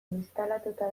instalatuta